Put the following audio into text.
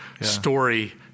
story